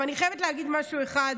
ואני חייבת להגיד משהו אחד